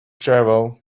travel